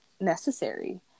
necessary